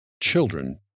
Children